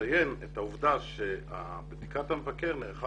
מאוד חשוב לציין את העובדה שבדיקת המבקר נערכה